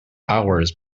hours